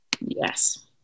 Yes